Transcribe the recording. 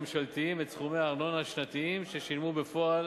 הממשלתיים את סכומי הארנונה השנתיים ששילמו בפועל